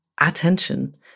attention